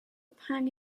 pang